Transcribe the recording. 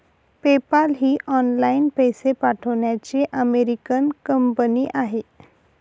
PayPal ही online पैसे पाठवण्याची अमेरिकन कंपनी आहे